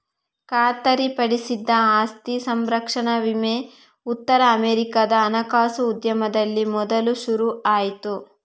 ಖಾತರಿಪಡಿಸಿದ ಆಸ್ತಿ ಸಂರಕ್ಷಣಾ ವಿಮೆ ಉತ್ತರ ಅಮೆರಿಕಾದ ಹಣಕಾಸು ಉದ್ಯಮದಲ್ಲಿ ಮೊದಲು ಶುರು ಆಯ್ತು